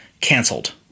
cancelled